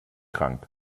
krank